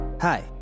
Hi